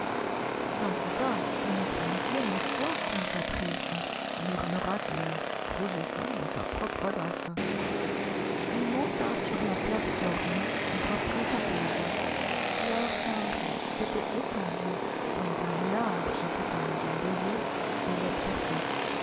dans ce cas que notre amitié ne soit qu'un caprice murmura-t-il rougissant de sa propre audace il monta sur la plate-forme et reprit sa pose lord henry s'était étendu dans un large fauteuil d'osier et l'observait